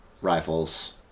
rifles